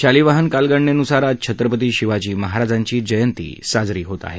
शालीवाहन कालगणनेनुसार आज छत्रपती शिवाजी महाराजांची जयंती साजरी होत आहे